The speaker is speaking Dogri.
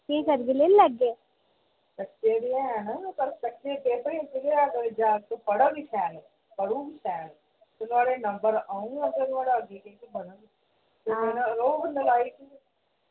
केह् करगे लेई लैगे